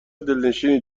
دلنشینی